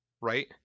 Right